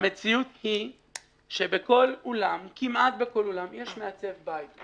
המציאות היא שכמעט בכל אולם יש מעצב בית.